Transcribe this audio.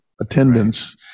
attendance